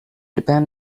depend